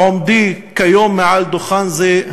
בעומדי כיום מעל דוכן זה,